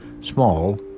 Small